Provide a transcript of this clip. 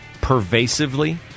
pervasively